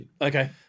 Okay